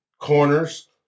corners